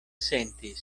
sentis